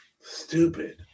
stupid